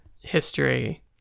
history